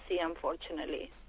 unfortunately